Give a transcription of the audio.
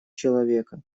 человека